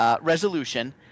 resolution